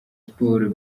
siporo